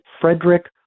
Frederick